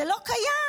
זה לא קיים.